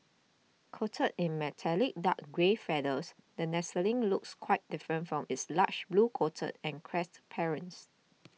coated in metallic dark grey feathers the nestling looks quite different from its large blue coated and crested parents